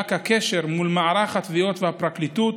הודק הקשר מול מערך התביעות והפרקליטות,